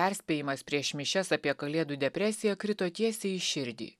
perspėjimas prieš mišias apie kalėdų depresiją krito tiesiai į širdį